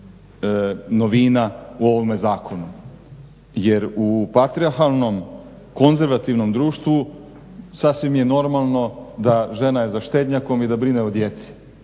novina u ovome zakonu, jer u patrijarhalnom, konzervativnom društvu sasvim je normalno da žena je za štednjakom i da brine o djeci.